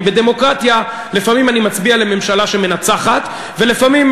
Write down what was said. כי בדמוקרטיה לפעמים אני מצביע לממשלה שמנצחת ולפעמים,